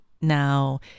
now